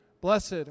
Blessed